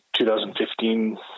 2015